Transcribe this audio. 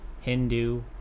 Hindu